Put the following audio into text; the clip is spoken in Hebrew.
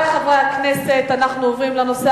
בקריאה ראשונה, ותועבר להכנתה